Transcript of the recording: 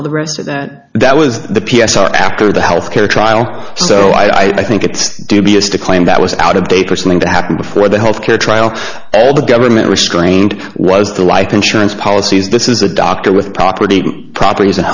all the rest of that that was the p s r after the health care trial so i think it's dubious to claim that was out of date for something to happen before the health care trial the government restrained was the life insurance policies this is a doctor with property properties and